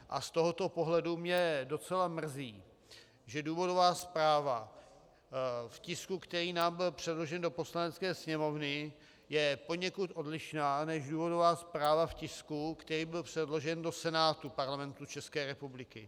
Z tohoto pohledu mě docela mrzí, že důvodová zpráva v tisku, který nám byl předložen do Poslanecké sněmovny, je poněkud odlišná než důvodová zpráva v tisku, který byl předložen do Senátu Parlamentu České republiky.